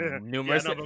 Numerous